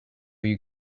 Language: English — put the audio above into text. you